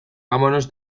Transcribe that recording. vámonos